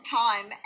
time